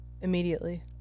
immediately